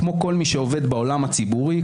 כמו כל מי שעובד בעולם הציבורי,